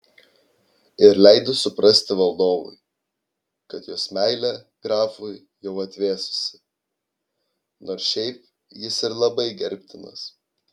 ir leido suprasti valdovui kad jos meilė grafui jau atvėsusi nors šiaip jis ir labai gerbtinas